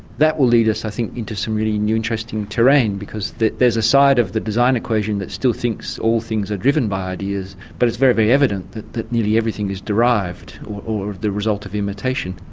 that will lead us i think into some really new interesting terrain because there is a side of the design equation that still thinks all things are driven by ideas, but it's very, very evident that that nearly everything is derived or the result of imitation.